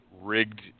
rigged